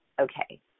okay